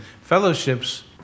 fellowships